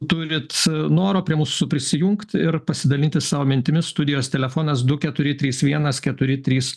turit noro prie mūsų prisijungt ir pasidalinti savo mintimis studijos telefonas du keturi trys vienas keturi trys